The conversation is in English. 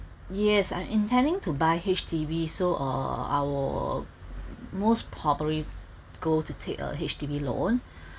yes I'm intending to buy H_D_B so I'll most probably go to take a H_D_B loan